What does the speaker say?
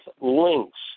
links